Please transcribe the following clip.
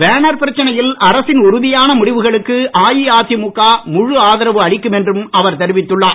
banner பிரச்சனையில் அரசின் உறுதியான முடிவுகளுக்கு அஇஅதிமுக முழு ஆதரவு அளிக்கும் என்றும் அவர் தெரிவித்துள்ளார்